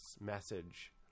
message